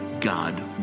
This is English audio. God